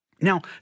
Now